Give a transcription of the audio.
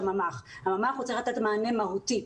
הממ"ח צריך לתת מענה מהותי.